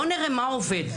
בואו נראה מה עובד,